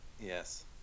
Yes